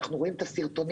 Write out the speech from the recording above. אנו רואים את הסרטונים.